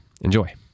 Enjoy